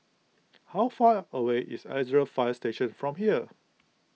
how far away is Alexandra Fire Station from here